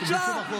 תתביישו בחוץ.